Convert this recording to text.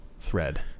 Thread